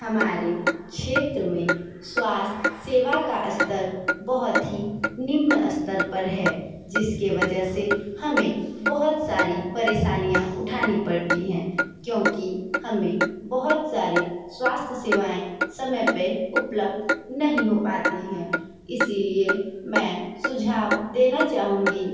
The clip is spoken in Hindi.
हमारे क्षेत्र मे स्वास्थ्य सेवा का स्तर बहुत ही निम्न स्तर पर है जिसके वजह से हमें बहुत सारी परेशानियाँ उठानी पड़ती है क्योंकि हमें बहुत सारे स्वास्थ्य सेवाएं समय पे उपलब्ध नहीं हो पाती है इसीलिए मैं सुझाव देना चाहूंगी